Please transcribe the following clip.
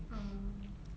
oh